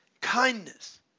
kindness